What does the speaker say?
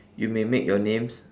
you may make your names